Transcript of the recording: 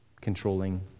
controlling